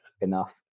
Enough